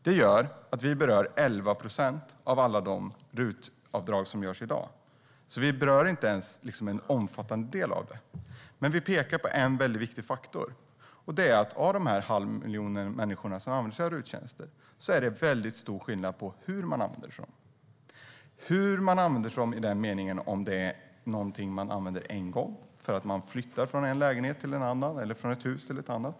Det berör alltså 11 procent av alla RUT-avdrag som görs i dag. Vi berör inte ens en omfattande del. Men vi pekar på en väldigt viktig faktor. Det är att bland den halva miljonen människor som använder RUT-tjänster är det stor skillnad på hur man använder dem. Det kan vara något man använder en gång för att man flyttar från en lägenhet till en annan eller från ett hus till ett annat.